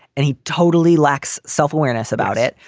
and he totally lacks self-awareness about it.